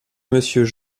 monsieur